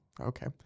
Okay